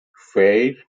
fair